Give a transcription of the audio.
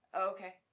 Okay